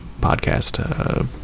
podcast